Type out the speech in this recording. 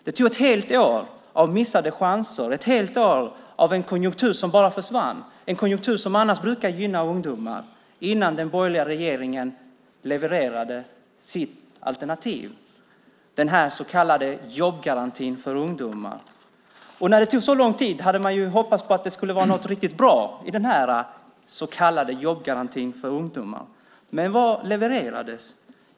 Det tog ett helt år av missade chanser, ett helt år av en konjunktur som bara försvann, en konjunktur som annars brukar gynna ungdomar, innan den borgerliga regeringen levererade sitt alternativ, den så kallade jobbgarantin för ungdomar. När det tog så lång tid hade man ju hoppats på att det skulle vara något riktigt bra i den så kallade jobbgarantin för ungdomar. Men vad levererades?